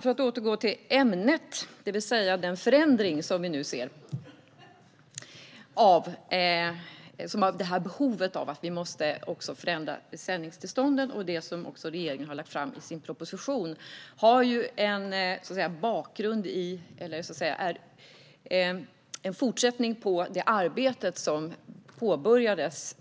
För att återgå till ämnet: Den förändring vi nu ser, behovet av att också förändra sändningstillstånden och det som regeringen har lagt fram i sin proposition är en fortsättning på det arbete som påbörjades